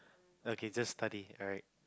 okay just study alright